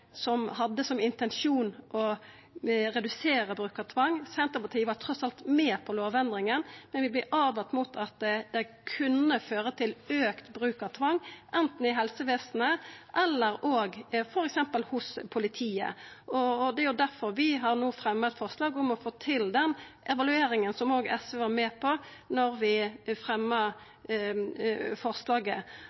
som hadde som intensjon å redusera bruk av tvang. Senterpartiet var trass alt med på lovendringa, men vi vart åtvara om at det kunne føra til auka bruk av tvang, anten i helsevesenet eller òg f.eks. hos politiet. Det er jo difor vi no har fremja eit forslag om å få til den evalueringa, som òg SV var med på, då vi fremja forslaget.